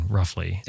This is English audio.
roughly